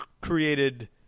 created